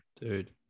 dude